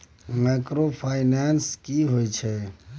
Microfinance की होय छै?